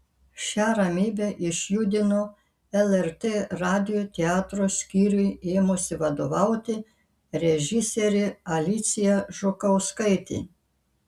šią ramybę išjudino lrt radijo teatro skyriui ėmusi vadovauti režisierė alicija žukauskaitė